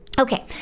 Okay